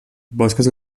boscos